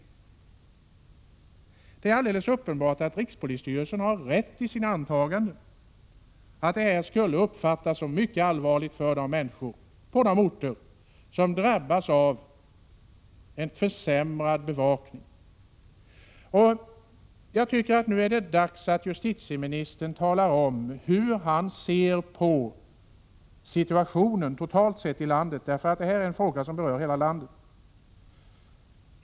Det är alldeles uppenbart att rikspolisstyrelsen har rätt i sina antaganden, nämligen att detta skulle uppfattas som mycket allvarligt av människorna på de orter som drabbas av en försämrad bevakning. Jag tycker att det nu är dags för justitieministern att tala om hur han ser på situationen totalt sett i landet, eftersom denna fråga berör hela landet.